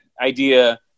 idea